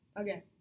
Okay